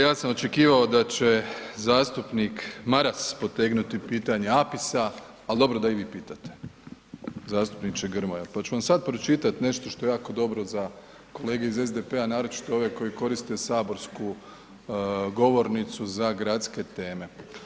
Ja sam očekivao da će zastupnik Maras potegnuti pitanje APIS-a, ali dobro da i vi pitate zastupniče Grmoja pa ću vam sad pročitati nešto što je jako dobro za kolege iz SDP-a naročito ove koji koriste saborsku govornicu za gradske teme.